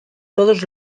todos